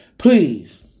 Please